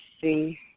see